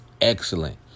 excellent